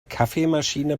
kaffeemaschine